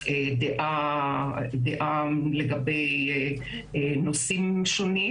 ודעה לגבי נושאים שונים.